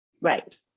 Right